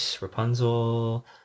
rapunzel